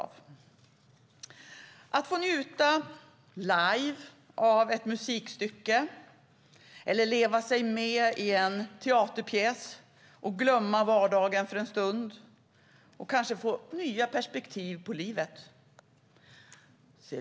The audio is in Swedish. Att få njuta live av ett musikstycke eller leva sig in i en teaterpjäs och glömma vardagen för en stund kan ge nya perspektiv på livet.